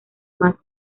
más